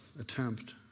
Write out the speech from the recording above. attempt